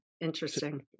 Interesting